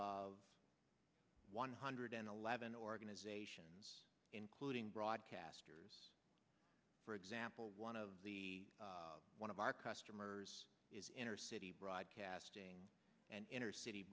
of one hundred eleven organizations including broadcasters for example one of the one of our customers is city broadcasting and inner city